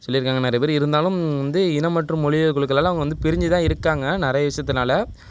சொல்லி இருக்காங்க நிறைய பேர் இருந்தாலும் வந்து இனம் மற்றும் மொழிகள் குழுக்கள்லால் அவங்க வந்து பிரிஞ்சு தான் இருக்காங்க நிறைய விஷயத்துனால